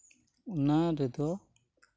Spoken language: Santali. ᱚᱱᱟᱨᱮᱫᱚ